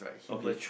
okay